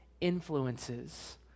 influences